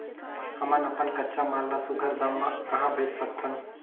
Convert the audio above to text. हमन अपन कच्चा माल ल सुघ्घर दाम म कहा बेच सकथन?